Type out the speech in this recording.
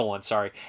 sorry